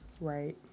Right